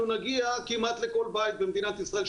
אנחנו נגיע כמעט לכל בית במדינת ישראל,